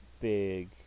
big